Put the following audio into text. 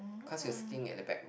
cause he was sitting at the back